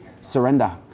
Surrender